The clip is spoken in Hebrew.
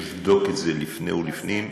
ולבדוק את זה לפני ולפנים,